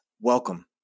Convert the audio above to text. welcome